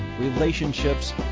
relationships